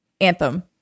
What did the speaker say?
Anthem